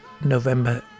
November